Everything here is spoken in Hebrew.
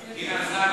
היא נסעה